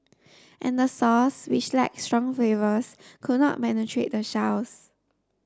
and the sauce which lacked strong flavours could not penetrate the shells